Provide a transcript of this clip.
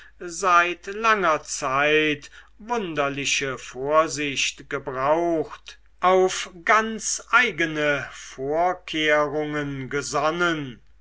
seit langer zeit wunderliche vorsicht gebraucht auf ganz eigene vorkehrungen gesonnen